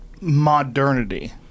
modernity